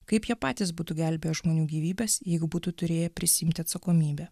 kaip jie patys būtų gelbėję žmonių gyvybes jeigu būtų turėję prisiimti atsakomybę